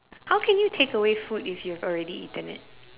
how can you take away food if you've already eaten it